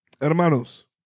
hermanos